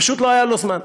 פשוט לא היה לו זמן,